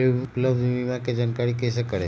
उपलब्ध बीमा के जानकारी कैसे करेगे?